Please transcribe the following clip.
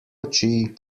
oči